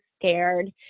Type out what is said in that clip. scared